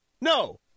no